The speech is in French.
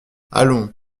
allons